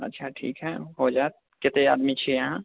अच्छा ठीक हइ हो जाएत कते आदमी छिए अहाँ